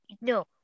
No